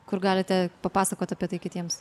kur galite papasakot apie tai kitiems